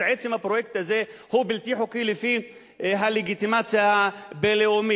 עצם הפרויקט הזה הוא בלתי חוקי לפי הלגיטימציה הבין-לאומית.